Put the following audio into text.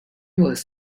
was